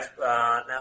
now